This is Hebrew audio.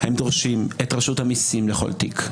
הם דורשים את רשות המיסים לכל תיק,